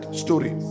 story